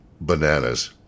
bananas